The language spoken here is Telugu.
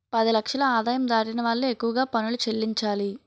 పది లక్షల ఆదాయం దాటిన వాళ్లు ఎక్కువగా పనులు చెల్లించాలి